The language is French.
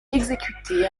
exécutée